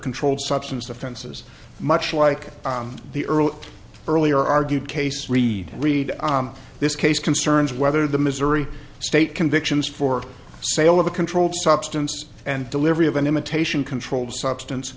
controlled substances offenses much like the early earlier argued case read read this case concerns whether the missouri state convictions for sale of a controlled substance and delivery of an imitation controlled substance